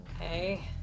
okay